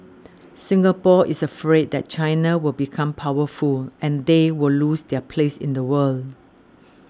Singapore is afraid that China will become powerful and they will lose their place in the world